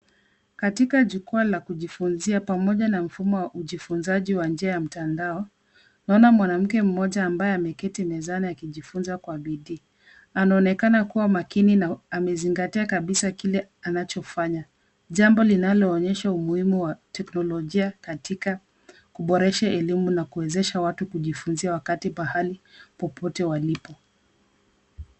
Katika jukwaa la kujifunzia pamoja na mfumo wa ujifunzaji wa njia ya mtandao. Naona mwanamke mmoja ambaye ameketi mezani akijifunza kwa bidii. Anaonekana kuwa makini na amezingatia kabisa kile anachofanya. Jambo linaloonyesha umuhimu wa teknolojia katika kuboresha elimu na kuwezesha watu kujifunzia wakati pahali popote walipo.